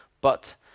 but